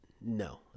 No